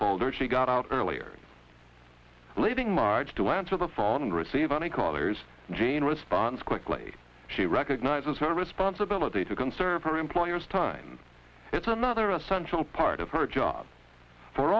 which she got out earlier leaving marge to answer the phone and receive any callers gene responds quickly she recognizes her responsibility to conserve her employer's time it's another essential part of her job for